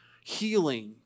Healing